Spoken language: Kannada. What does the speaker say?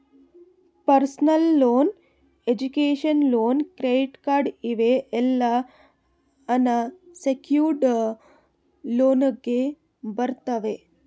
personal loan, education loan, credit card ಇವ್ ಎಲ್ಲಾ ಅನ್ ಸೆಕ್ಯೂರ್ಡ್ ಲೋನ್ನಾಗ್ ಬರ್ತಾವ್